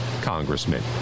congressman